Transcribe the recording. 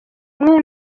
umwe